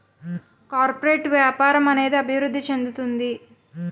corporate వ్యాపారం అనేది అభివృద్ధి చెందుతుంది